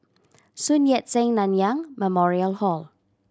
Sun Yat Sen Nanyang Memorial Hall